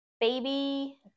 baby